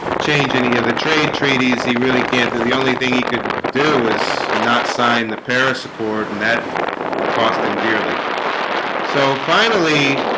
change any of the trade treaties he really can't there the only thing. he could do is not sign the paris accord and that cost him dearly so finally